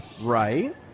right